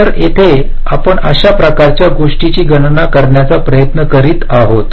तर येथे आपण अशा प्रकारच्या गोष्टीची गणना करण्याचा प्रयत्न करीत आहोत